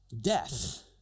Death